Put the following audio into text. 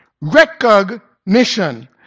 Recognition